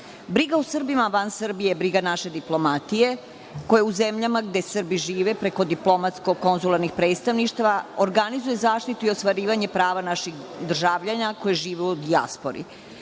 istim. Briga o Srbima van Srbije, briga naše diplomatije koja u zemljama gde Srbi žive preko diplomatsko-konzularnih predstavništava, organizuju zaštitu i ostvarivanje prava naših državljana koji žive u dijaspori.